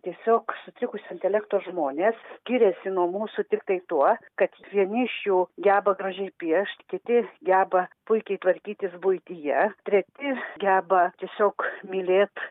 tiesiog sutrikusio intelekto žmonės skiriasi nuo mūsų tiktai tuo kad vieni iš jų geba gražiai piešt kiti geba puikiai tvarkytis buityje treti geba tiesiog mylėt